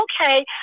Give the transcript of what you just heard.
okay